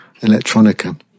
electronica